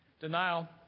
denial